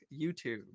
YouTube